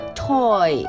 toy